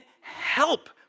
help